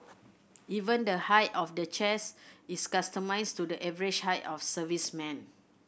even the height of the chairs is customised to the average height of servicemen